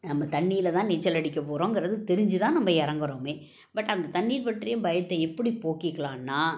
நம்ம தண்ணியில் தான் நீச்சல் அடிக்க போகிறோங்கிறது தெரிஞ்சுதான் நம்ம இறங்குறோமே பட் அந்த தண்ணீர் பற்றிய பயத்தை எப்படி போக்கிக்கலாம்னா